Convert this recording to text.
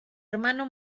hermano